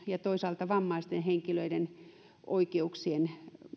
ja toisaalta vammaisten henkilöiden oikeuksien